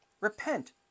repent